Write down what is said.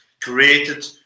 created